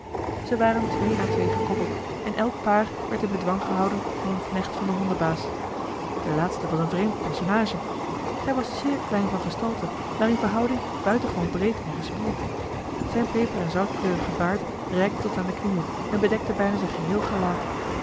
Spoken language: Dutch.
ze waren twee aan twee gekoppeld en elk paar werd in bedwang gehouden door een knecht van den hondenbaas de laatste was een eli heimans willem roda vreemd personage hij was zeer klein van gestalte maar in verhouding buitengewoon breed en gespierd zijne peper en zoutkleurige baard reikte tot aan de knieën en bedekte bijna zijn geheel gelaat